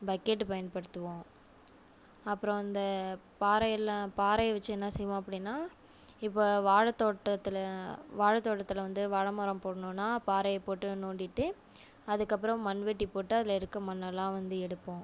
bucket பயன்படுத்துவோம் அப்புறம் இந்த பாரை எல்லாம் பாரை வச்சு என்ன செய்வோம் அப்படின்னா இப்போ வாழை தோட்டத்தில் வாழை தோட்டத்தில் வந்து வாழை மரம் போடணுன்னா பாரையை போட்டு நோண்டிவிட்டு அதுக்கப்புறம் மண்வெட்டி போட்டு அதில் இருக்க மண்ணெல்லாம் வந்து எடுப்போம்